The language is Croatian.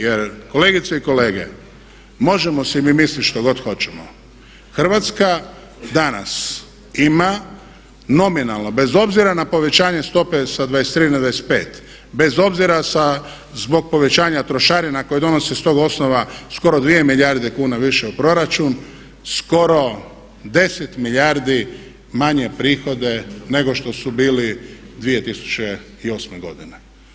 Jer kolegice i kolege možemo si mi misliti što god hoćemo Hrvatska danas ima nominalno bez obzira na povećanje stope sa 23 na 25, bez obzira zbog povećanja trošarina koje donose s tog osnova skoro 2 milijarde kuna više u proračun, skoro 10 milijardi manje prihode nego što su bili 2008. godine.